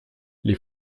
les